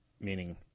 meaning